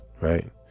right